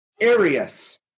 Arius